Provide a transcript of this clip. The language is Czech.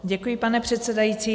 Děkuji, pane předsedající.